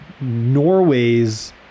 Norway's